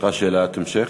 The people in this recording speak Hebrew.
שאלת המשך,